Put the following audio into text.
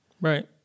Right